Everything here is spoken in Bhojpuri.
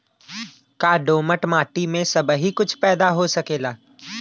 का दोमट माटी में सबही कुछ पैदा हो सकेला?